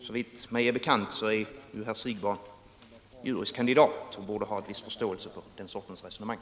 Såvitt mig är bekant är herr Siegbahn juris kandidat och borde ha en viss förståelse för detta resonemang.